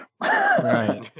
right